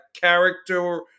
character